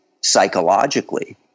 psychologically